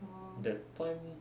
that time